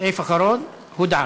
סעיף אחרון, הודעה.